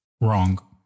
Wrong